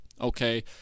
okay